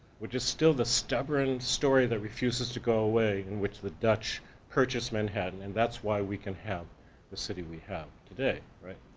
which is still the stubborn story that refuses to go away, and which the dutch purchase-men had, and that's why we can have the city that we have today, right?